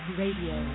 radio